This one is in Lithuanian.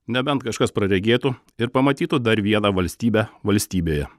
nebent kažkas praregėtų ir pamatytų dar vieną valstybę valstybėje